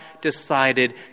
decided